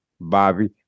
Bobby